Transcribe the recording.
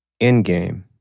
Endgame